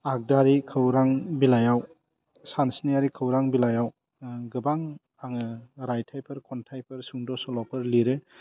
आगदारि खौरां बिलाइआव सानस्नियारि खौरां बिलाइआव गोबां आङो रायथाइफोर खन्थाइफोर सुंद' सल'फोर लिरो